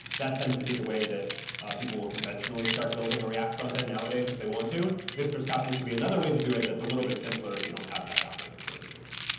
that tends to be the way that people will conventionally start building a react front end nowadays if they want to. this just happens to be another way to do it that's a little bit simpler if you don't have that background, for instance.